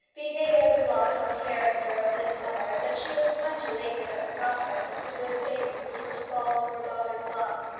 be taken as a blot on the character of this mother that she was much elated at the prospect of the good things which were to fall to her daughter's lot.